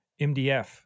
MDF